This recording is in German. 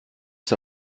ist